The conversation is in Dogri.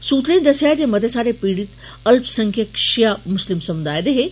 सूत्रें दस्सेआ जे मते सारे पीड़ित अल्पसंख्सक शिया मुस्लिम समुदाय दे हे